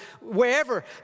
wherever